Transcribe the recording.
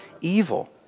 evil